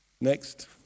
Next